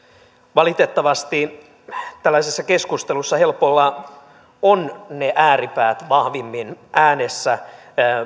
valitettavasti tällaisessa keskustelussa helpolla ovat ne ääripäät vahvimmin äänessä